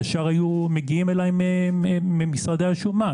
ישר היו מגיעים אלי ממשרדי השומה,